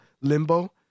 limbo